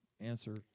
answer